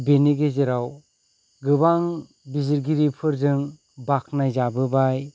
बिनि गेजेराव गोबां बिजिरगिरिफोरजों बाख्नायजाबोबाय